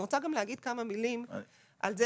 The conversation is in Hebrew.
אני רוצה גם להגיד כמה מילים על זה